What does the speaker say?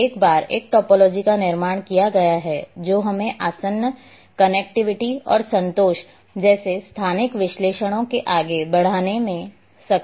और एक बार एक टोपोलॉजी का निर्माण किया गया है जो हमें आसन्न कनेक्टिविटी और संतोष जैसे स्थानिक विश्लेषणों को आगे बढ़ाने में सक्षम बनाता है